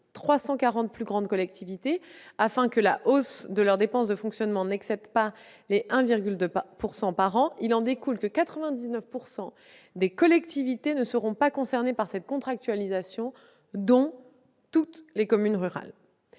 340 plus grandes collectivités afin que la hausse de leurs dépenses de fonctionnement n'excède pas les 1,2 % par an, il en découle que 99 % des collectivités ne seront pas concernées par cette contractualisation, parmi lesquelles figurent toutes les communes rurales.